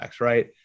Right